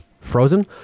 frozen